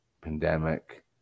pandemic